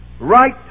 right